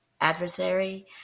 adversary